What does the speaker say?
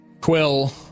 Quill